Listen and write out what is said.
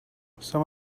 some